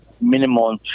minimal